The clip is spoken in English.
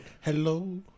Hello